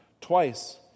twice